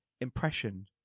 impression